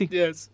yes